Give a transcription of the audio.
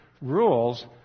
rules